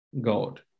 God